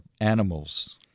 animals